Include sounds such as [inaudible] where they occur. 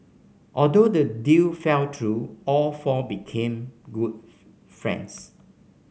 although the deal fell through all four became [unintelligible] friends